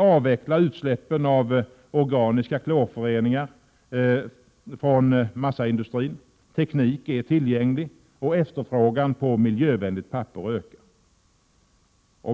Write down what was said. avveckla utsläppen av organiska klorföreningar från massaindustrin. Teknik är tillgänglig, och efterfrågan på miljövänligt papper ökar.